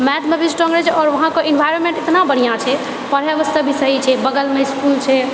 मैथमे भी स्ट्रोंग रहैछे आओर वहाँपर एन्वॉयरमेन्ट इतना बढ़िआँ छै पढ़ै वास्ते भी सहि छै बगलमे इसकुल छै